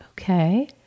okay